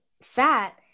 fat